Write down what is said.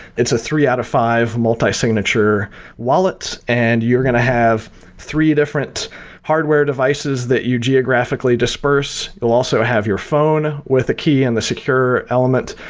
it's a three out of five multi-signature wallet, and you're going to have three different hardware devices that you geographically disperse. you'll also have your phone with the key and the secure element,